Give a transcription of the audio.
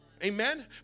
Amen